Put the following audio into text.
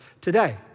today